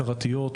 שרתיות,